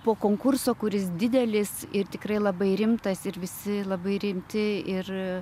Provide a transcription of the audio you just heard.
po konkurso kuris didelis ir tikrai labai rimtas ir visi labai rimti ir